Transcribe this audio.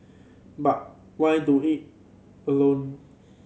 but why do it alone